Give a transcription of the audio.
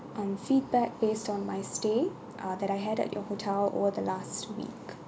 um feedback based on my stay uh that I had at your hotel over the last week